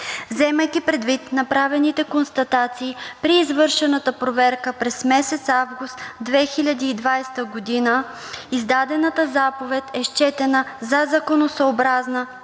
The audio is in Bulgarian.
Вземайки предвид направените констатации при извършената проверка през месец август 2020 г., издадената заповед е счетена за законосъобразна и